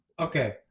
Okay